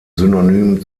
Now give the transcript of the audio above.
synonym